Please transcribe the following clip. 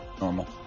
normal